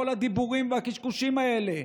כל הדיבורים והקשקושים האלה.